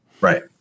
right